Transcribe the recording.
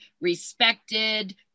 respected